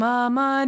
Mama